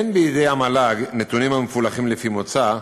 אין בידי המל"ג נתונים המפולחים לפי מוצא,